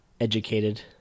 educated